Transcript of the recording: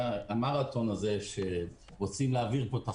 המרתון הזה שרוצים להעביר את החוק,